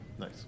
Nice